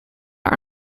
are